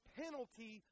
penalty